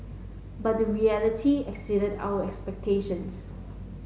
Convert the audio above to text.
but the reality exceeded our expectations